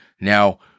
Now